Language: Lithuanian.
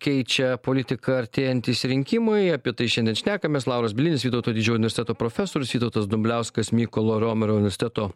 keičia politiką artėjantys rinkimai apie tai šiandien šnekamės lauras bielinis vytauto didžiojo universiteto profesorius vytautas dumbliauskas mykolo romerio universiteto